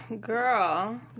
Girl